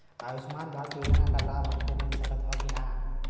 आयुष्मान भारत योजना क लाभ हमके मिल सकत ह कि ना?